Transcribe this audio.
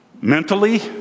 Mentally